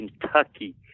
Kentucky